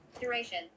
Duration